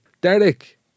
Derek